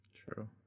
true